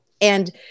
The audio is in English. and-